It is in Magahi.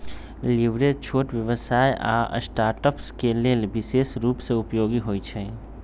लिवरेज छोट व्यवसाय आऽ स्टार्टअप्स के लेल विशेष रूप से उपयोगी होइ छइ